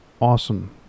awesome